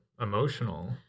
emotional